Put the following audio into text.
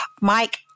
Mike